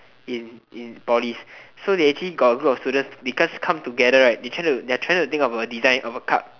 in in polys so they actually got a group of students they just come together they are try they are trying to think of a design of a cup